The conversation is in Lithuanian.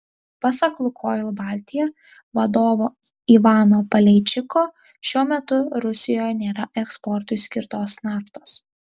pasak lukoil baltija vadovo ivano paleičiko šiuo metu rusijoje nėra eksportui skirtos naftos